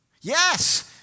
Yes